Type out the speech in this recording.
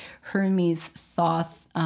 Hermes-Thoth